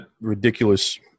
ridiculous